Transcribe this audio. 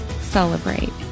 celebrate